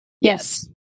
Yes